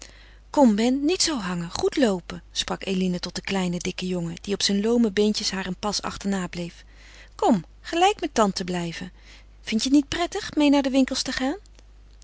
kom ben niet zoo hangen goed loopen sprak eline tot den kleinen dikken jongen die op zijn loome beentjes haar een pas achterna bleef kom gelijk met tante blijven vindt je het niet prettig meê naar de winkels te gaan